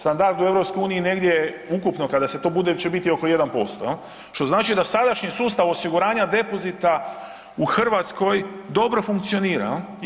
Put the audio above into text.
Standard u EU je negdje ukupno kada se to bude, će biti oko 1% jel, što znači da sadašnji sustav osiguranja depozita u Hrvatskoj dobro funkcionira jel.